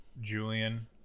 Julian